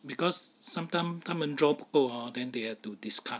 because sometime 他们 draw 不够 uh then they have to discard